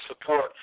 support